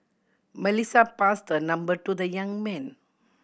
Melissa passed her number to the young man